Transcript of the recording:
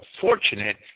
fortunate